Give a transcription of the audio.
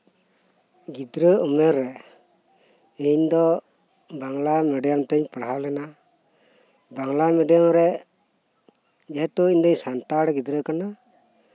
ᱜᱤᱫᱽᱨᱟᱹ ᱩᱢᱮᱨᱨᱮ ᱤᱧ ᱫᱚ ᱵᱟᱝᱞᱟ ᱢᱤᱰᱤᱭᱟᱢ ᱛᱤᱧ ᱯᱟᱲᱦᱟᱣ ᱞᱮᱱᱟ ᱵᱟᱝᱞᱟ ᱢᱤᱰᱤᱭᱟᱢᱨᱮ ᱡᱮᱦᱮᱛᱩ ᱤᱧ ᱫᱚ ᱥᱟᱱᱛᱟᱲ ᱜᱤᱫᱽᱨᱟᱹ ᱠᱟᱹᱱᱟᱹᱧ